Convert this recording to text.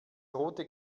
rote